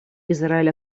израиль